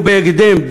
ובהקדם,